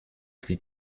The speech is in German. sieht